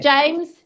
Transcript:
James